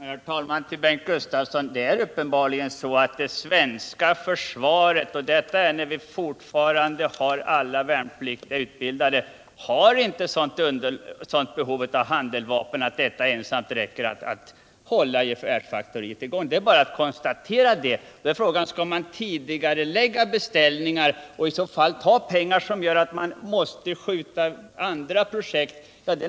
Herr talman! Till Bengt Gustavsson vill jag säga att det uppenbarligen är så att det svenska försvaret, även när vi har alla värnpliktiga utbildade, inte har ett så stort behov av handeldvapen att det räcker att upprätthålla verksamheten vid gevärsfaktoriet. Det är bara att konstatera detta. Då är frågan om vi skall tidigarelägga beställningar, någat som medför att vi måste skjuta på andra projekt.